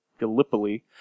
Gallipoli